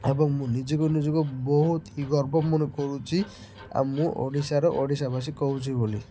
ଏବଂ ମୁଁ ନିଜକୁ ନିଜକୁ ବହୁତ ହିଁ ଗର୍ବ ମନେ କରୁଛିି ଆଉ ମୁଁ ଓଡ଼ିଶାର ଓଡ଼ିଶାବାସୀ କହୁଛିି ବୋଲି